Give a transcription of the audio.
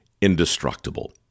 indestructible